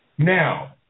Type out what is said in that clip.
Now